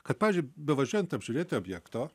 kad pavyzdžiui bevažiuojant apžiūrėti objekto